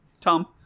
tom